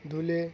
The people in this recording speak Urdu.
دھولے